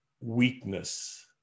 weakness